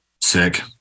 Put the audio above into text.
sick